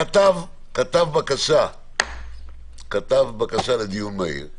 כתב בקשה לדיון מהיר,